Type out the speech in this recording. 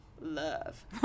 love